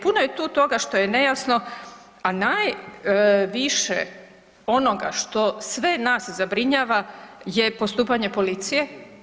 Puno je tu toga što je nejasno, a najviše onoga što sve nas zabrinjava je postupanje policije.